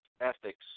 ethics